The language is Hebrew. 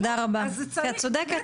תודה רבה, את צודקת.